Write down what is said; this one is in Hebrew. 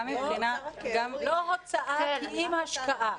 לא הוצאה, כי אם השקעה.